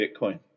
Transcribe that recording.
Bitcoin